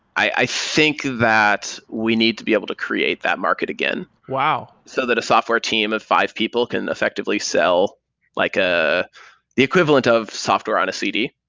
i think that we need to be able to create that market again, so that a software team of five people can effectively sell like ah the equivalent of software on a cd,